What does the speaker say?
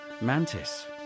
Mantis